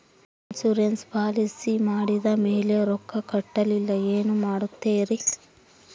Insurance policy ಮಾಡಿದ ಮೇಲೆ ರೊಕ್ಕ ಕಟ್ಟಲಿಲ್ಲ ಏನು ಮಾಡುತ್ತೇರಿ?